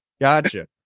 Gotcha